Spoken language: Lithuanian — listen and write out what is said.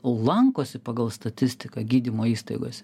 lankosi pagal statistiką gydymo įstaigose